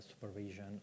supervision